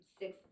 six